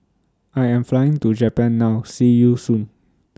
I Am Flying to Japan now See YOU Soon